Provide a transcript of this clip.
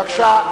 בבקשה.